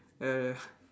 ya ya